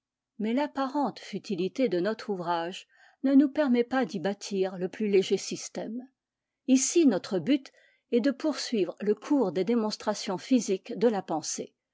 mais l'apparente futilité de notre ouvrage ne nous permet pas d'y bâtir le plus léger système ici notre but est de poursuivre le cours des démonstrations physiques de la pensée